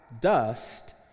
dust